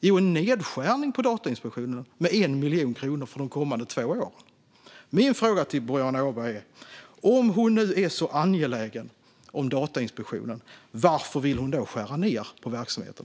Jo, en nedskärning på Datainspektionen med 1 miljon kronor för de kommande två åren. Min fråga till Boriana Åberg är: Om hon är så angelägen om Datainspektionen, varför vill hon då skära ned på verksamheten?